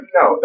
no